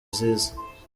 zize